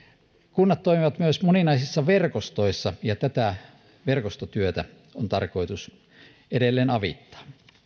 kunnat toimivat myös moninaisissa verkostoissa ja tätä verkostotyötä on tarkoitus edelleen avittaa